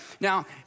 Now